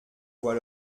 vois